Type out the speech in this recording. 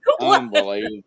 Unbelievable